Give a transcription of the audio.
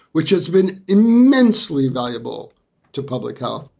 which has been immensely valuable to public health,